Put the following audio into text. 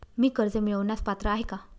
मी कर्ज मिळवण्यास पात्र आहे का?